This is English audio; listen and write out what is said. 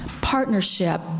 partnership